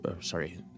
Sorry